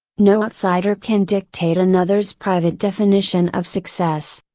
no outsider can dictate another's private definition of success.